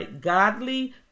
godly